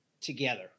together